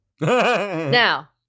Now-